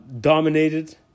Dominated